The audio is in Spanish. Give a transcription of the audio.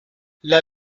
las